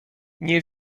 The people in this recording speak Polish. nie